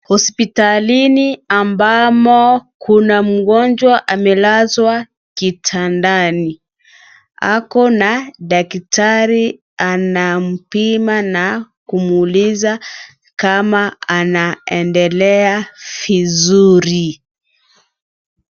Hospitalini ambamo kuna mgonjwa amelazwa kitandani, ako na daktari anampima na kumuuliza kama anendelea vizuri.